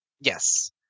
Yes